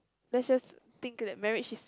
let's just think that marriage is